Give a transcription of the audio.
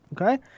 Okay